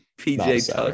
PJ